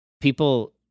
people